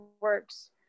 works